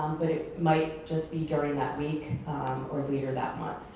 but it might just be during that week or later that month.